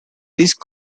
these